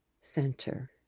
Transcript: center